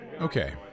Okay